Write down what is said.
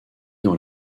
dans